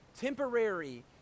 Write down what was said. Temporary